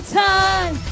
time